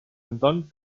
anton